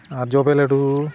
ᱟᱨ ᱡᱚᱵᱮ ᱞᱟᱹᱴᱩ